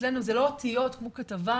אצלנו זה לא אותיות כמו כתבה,